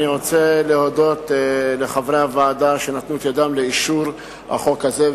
אני רוצה להודות לחברי הוועדה שנתנו את ידם לאישור החוק הזה,